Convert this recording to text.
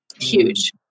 huge